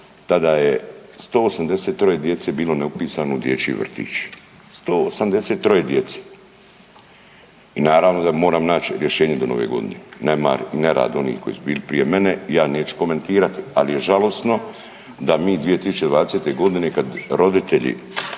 tada je 183 djece bilo neupisano u dječji vrtić, 183 djece i naravno da moram naći rješenje do nove godine. Nemar i nerad onih koji su bili prije mene ja neću komentirati. Ali je žalosno da mi 2020. godine kada roditelji